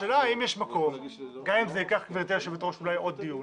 השאלה היא האם יש מקום, גם אם זה ייקח עוד דיון,